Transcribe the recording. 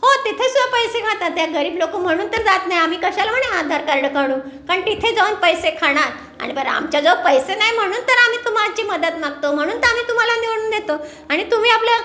हो तिथे सुद्धा पैसे खातात त्या गरीब लोक म्हणून तर जात नाही आम्ही कशाला म्हणे आधार कार्ड काढू कारण तिथे जाऊन पैसे खाणार आणि बरं आमच्याजवळ पैसे नाही म्हणून तर आम्ही तुमची मदत मागतो म्हणून तर आम्ही तुम्हाला निवडून देतो आणि तुम्ही आपलं